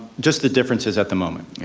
just the differences at the moment.